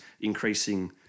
increasing